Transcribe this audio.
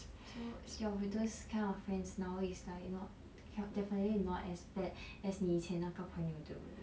so your those kind of friends now it's like not definitely not as bad as 你以前那个对不对